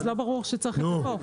אז לא ברור שצריך את זה פה.